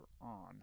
on